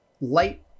light